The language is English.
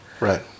Right